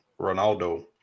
Ronaldo